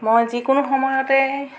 মই যিকোনো সময়তে